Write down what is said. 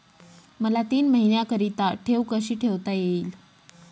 मला तीन महिन्याकरिता ठेव कशी ठेवता येईल?